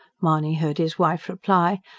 mahony heard his wife reply,